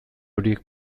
horiek